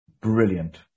Brilliant